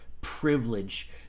privilege